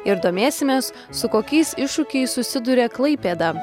ir domėsimės su kokiais iššūkiais susiduria klaipėda